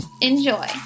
enjoy